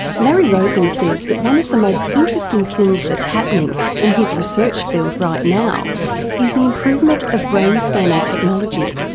larry rosen says that one of the most interesting things that's happening in his research field right now is the improvement of brain scanning technology.